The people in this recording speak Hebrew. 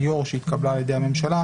הוועדה צריכה להצביע עליהן,